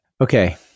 Okay